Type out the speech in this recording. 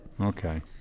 Okay